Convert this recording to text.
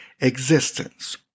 existence